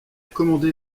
commandé